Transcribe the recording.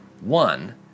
One